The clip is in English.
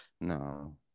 No